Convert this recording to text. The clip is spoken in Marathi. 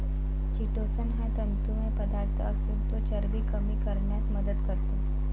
चिटोसन हा तंतुमय पदार्थ असून तो चरबी कमी करण्यास मदत करतो